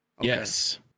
Yes